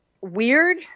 weird